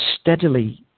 steadily